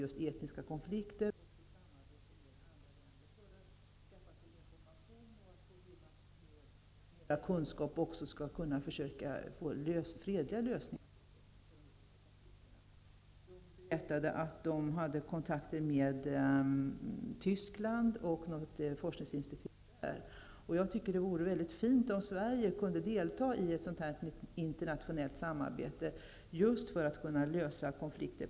De vill få fram mer information och kunskap för att kunna skapa fredliga lösningar på konflikter. De berättade att de hade kontakt med ett forskningsinstitut i Tyskland. Det vore fint om Sverige kunde delta i ett sådant internationellt samarbete just för att kunna lösa konflikter.